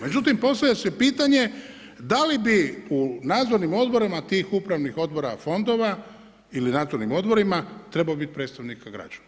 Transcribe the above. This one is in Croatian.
Međutim postavlja se pitanje da li bi u nadzornim odborima tih upravnih odbora fondova ili nadzornim odborima trebalo biti predstavnika građana?